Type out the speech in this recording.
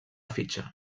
fitxa